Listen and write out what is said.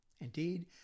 Indeed